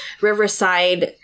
Riverside